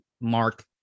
Mark